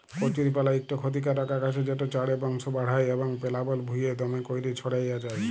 কচুরিপালা ইকট খতিকারক আগাছা যেট চাঁড়ে বংশ বাঢ়হায় এবং পেলাবল ভুঁইয়ে দ্যমে ক্যইরে ছইড়াই যায়